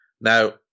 Now